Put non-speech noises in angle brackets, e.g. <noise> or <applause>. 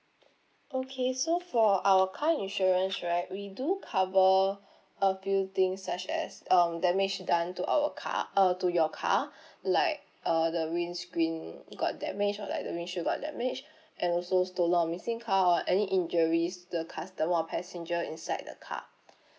okay so for our car insurance right we do cover <breath> a few things such as um damage done to our car uh to your car <breath> like uh the windscreen got damaged or like the windshield got damaged <breath> and also stolen or missing car or any injuries the customer or passenger inside the car <breath>